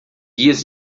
guias